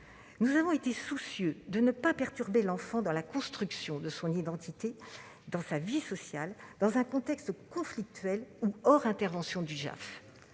Nous avons été soucieux de ne pas perturber l'enfant dans la construction de son identité et dans sa vie sociale, dans un contexte conflictuel ou hors intervention du juge